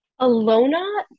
Alona